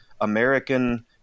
American